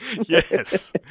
Yes